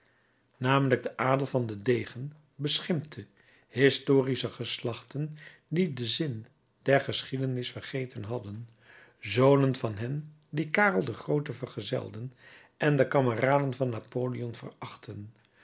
namelijk den adel van den degen beschimpte historische geslachten die den zin der geschiedenis vergeten hadden zonen van hen die karel den groote vergezelden en de kameraden van napoleon verachtten